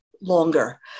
longer